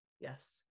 Yes